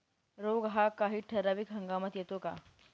रोग हा काही ठराविक हंगामात येतो का?